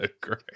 great